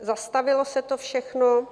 Zastavilo se to všechno.